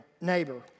neighbor